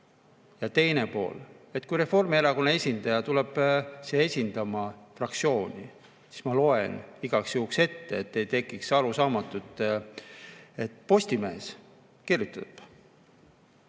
Ja teine pool. Kui Reformierakonna esindaja tuleb siia esindama fraktsiooni, siis ma loen igaks juhuks ette, et ei tekiks arusaamatust, et Postimehes kirjutab